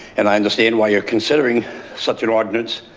and i understand why you're considering such an ordinance.